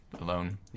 alone